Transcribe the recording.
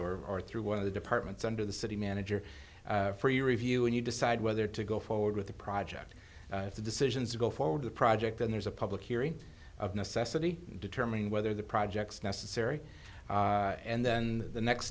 or through one of the departments under the city manager for your review and you decide whether to go forward with the project if the decisions go forward the project then there's a public hearing of necessity determining whether the project's necessary and then the next